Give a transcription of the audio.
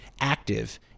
active